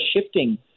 shifting